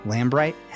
Lambright